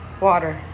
Water